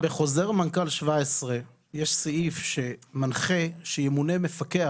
בחוזר מנכ"ל 17 יש סעיף שמנחה שימונה מפקח